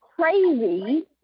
crazy